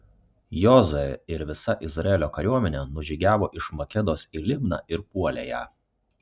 jozuė ir visa izraelio kariuomenė nužygiavo iš makedos į libną ir puolė ją